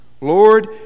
Lord